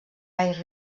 baix